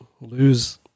lose